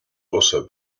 also